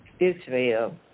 Israel